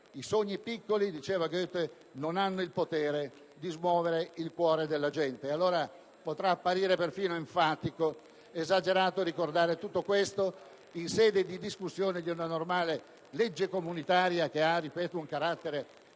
i sogni piccoli - diceva Goethe - non hanno il potere di smuovere il cuore della gente. Potrà apparire perfino enfatico ed esagerato ricordare tutto questo in sede di discussione di una normale legge comunitaria che ha, ripeto, un carattere